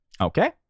Okay